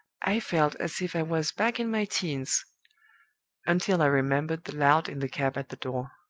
i felt as if i was back in my teens until i remembered the lout in the cab at the door.